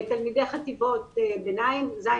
תלמידי חטיבות הביניים - כיתות ז',